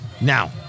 now